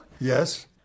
Yes